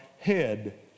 head